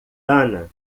ana